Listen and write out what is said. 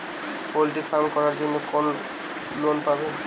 Poultry farm করার জন্য কোন লোন পাব?